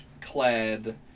clad